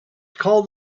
called